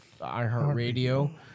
iHeartRadio